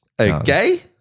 Okay